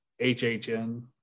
HHN